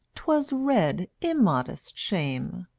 twas red immodest shame,